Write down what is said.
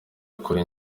akora